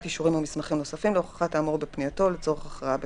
אישורים או מסמכים נוספים להוכחת האמור בפנייתו ולצורך הכרעה בפניה.